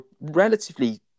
relatively